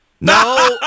No